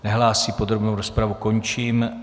Nehlásí, podrobnou rozpravu končím.